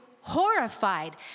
horrified